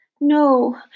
no